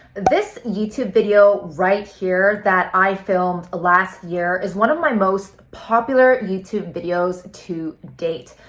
this youtube video right here that i filmed last year is one of my most popular youtube videos to date.